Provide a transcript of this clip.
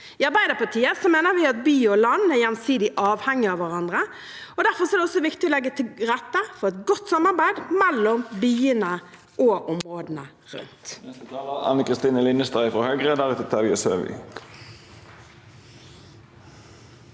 I Arbeiderpartiet mener vi at by og land er gjensidig avhengig av hverandre. Derfor er det også viktig å legge til rette for et godt samarbeid mellom byene og områdene rundt.